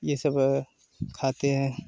ये सब खाते हैं